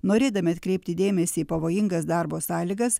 norėdami atkreipti dėmesį į pavojingas darbo sąlygas